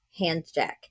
Handjack